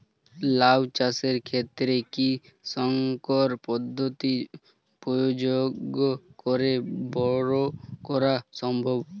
লাও চাষের ক্ষেত্রে কি সংকর পদ্ধতি প্রয়োগ করে বরো করা সম্ভব?